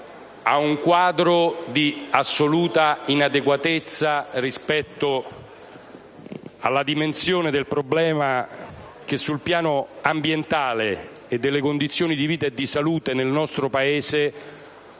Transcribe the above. ad un quadro di assoluta inadeguatezza rispetto alla dimensione del problema. Sul piano ambientale e delle condizioni di vita e di salute nel nostro Paese,